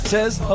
Says